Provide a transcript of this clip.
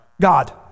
God